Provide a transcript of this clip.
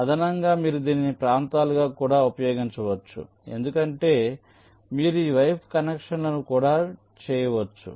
అదనంగా మీరు దీన్ని ప్రాంతాలుగా కూడా ఉపయోగించవచ్చు ఎందుకంటే మీరు ఈ వైపు కనెక్షన్లను కూడా చేయవచ్చు